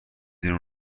دونه